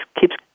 keeps